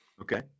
Okay